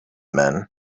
men